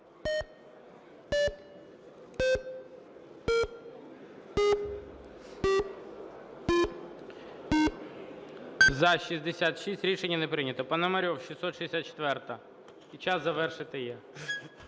За-66 Рішення не прийнято. Пономарьов, 664-а. І час завершити є.